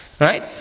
Right